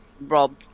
Rob